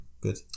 good